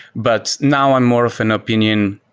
but now i'm more of an opinion,